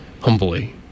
Humbly